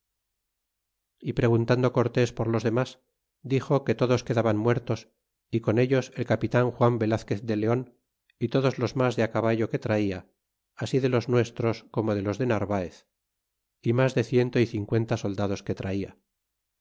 y preguntando cortés por los denlas dixo que todos quedaban muertos y con ellos el capitan juan velazquez de leon y todos los mas de á caballo que traia así de los nuestros como de los de narvaez y mas de ciento y cincuenta soldados que traia